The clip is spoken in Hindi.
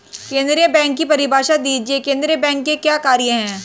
केंद्रीय बैंक की परिभाषा दीजिए केंद्रीय बैंक के क्या कार्य हैं?